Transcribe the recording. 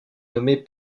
nommé